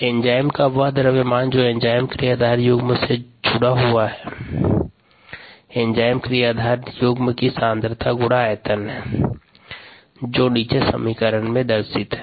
enzyme का वह द्रव्यमान जो एंजाइम क्रियाधार युग्म के साथ जुड़ा हुआ है एंजाइम क्रियाधार युग्म की सांद्रता गुणा आयतन है